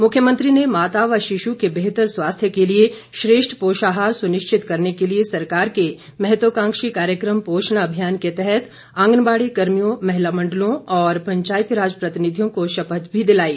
मुख्यमंत्री ने माता व शिशु के बेहतर स्वास्थ्य के लिए श्रेष्ठ पोषाहार सुनिश्चित करने के लिए सरकार के महत्वकांक्षी कार्यक्रम पोषण अभियान के तहत आंगनबाड़ी कर्मियों महिला मंडलों और पंचायतीराज प्रतिनिधियों को शपथ भी दिलाई